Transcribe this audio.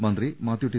മന്ത്രി മാത്യു ടി